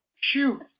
Shoot